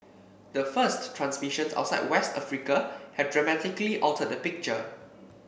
the first transmissions outside West Africa have dramatically altered the picture